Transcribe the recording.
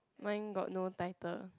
mine got no title